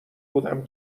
بودم